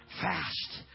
Fast